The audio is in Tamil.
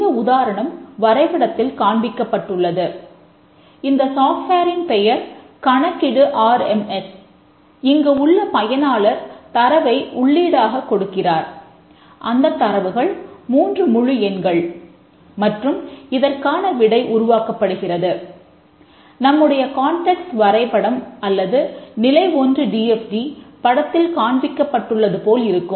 இந்த உதாரணம் வரைபடத்தில் காண்பிக்கப்பட்டுள்ளது இந்த சாப்ட்வேரின் படத்தில் காண்பிக்கப்பட்டுள்ளது போல் இருக்கும்